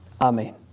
Amen